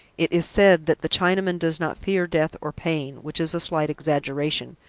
it is said that the chinaman does not fear death or pain, which is a slight exaggeration,